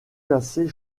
casser